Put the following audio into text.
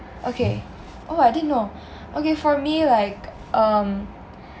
okay oh I didn't know okay for me like um